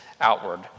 outward